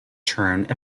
termed